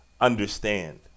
understand